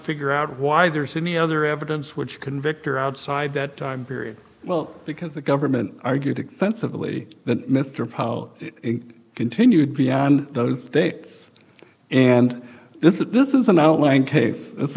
figure out why there's any other evidence which convict her outside that time period well because the government argued extensively that mr poe continued beyond those and this is this is an outlying case it's